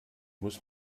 muss